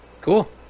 Cool